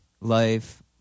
life